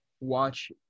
watch